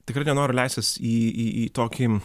tikrai nenoriu leistis į į į tokį